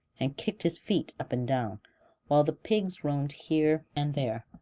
and kicked his feet up and down while the pigs roamed here and there,